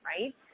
right